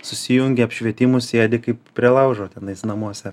susijungi apšvietimus sėdi kaip prie laužo tenais namuose